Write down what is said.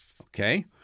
Okay